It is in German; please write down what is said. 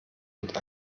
mit